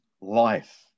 life